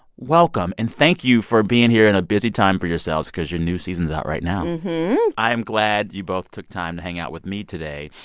welcome, and thank you for being here in a busy time for yourselves because your new season's out right now mm-hm i'm glad you both took time to hang out with me today.